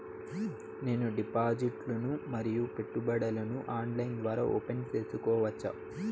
నేను డిపాజిట్లు ను మరియు పెట్టుబడులను ఆన్లైన్ ద్వారా ఓపెన్ సేసుకోవచ్చా?